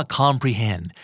comprehend